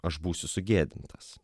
aš būsiu sugėdintas